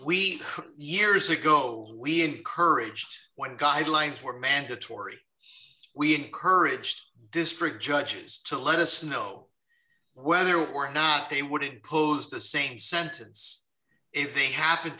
we years ago we had courage when guidelines were mandatory we encouraged district judges to let us know where they are when they wouldn't pose the same sentence if they happen